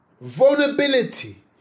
Vulnerability